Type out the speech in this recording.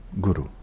guru